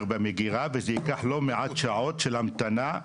במגירה וזה ייקח לא מעט שעות של המתנה.